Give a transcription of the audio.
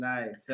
Nice